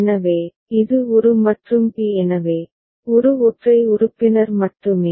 எனவே இது ஒரு மற்றும் பி எனவே ஒரு ஒற்றை உறுப்பினர் மட்டுமே